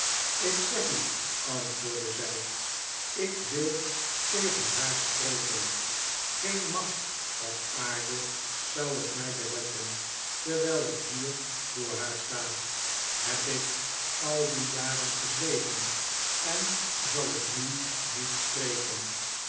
ik zeg u antwoordde zij ik wil tegen haar spreken geen macht op aarde zou het mij beletten terwijl ik hier voor haar sta heb ik al die jaren gezwegen en zal ik nu niet spreken